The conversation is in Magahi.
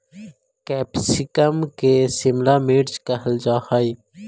कैप्सिकम के शिमला मिर्च कहल जा हइ